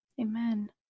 Amen